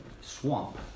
swamp